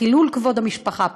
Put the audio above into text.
חילול כבוד המשפחה,